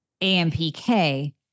AMPK